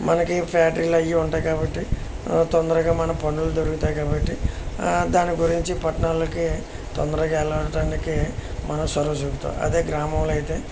మనకి ఫ్యాక్టరీలు అయి ఉంటాయి కాబట్టి తొందరగా మన పనులు దొరుకుతాయి కాబట్టి దాని గురించి పట్టాణాలకి తొందరగా వెళ్ళడానికి మనం చొరవ చూపుతాము అదే గ్రామంలో అయితే